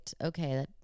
Okay